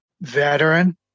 veteran